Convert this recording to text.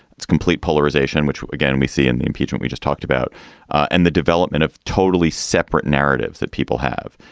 it's complete polarization, which again we see in the impeachment we just talked about and the development of totally separate narratives that people have.